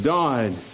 died